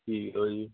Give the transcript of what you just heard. ਠੀਕ ਆ ਜੀ